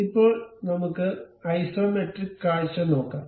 ഇപ്പോൾ നമുക്ക് ഐസോമെട്രിക് കാഴ്ച നോക്കാം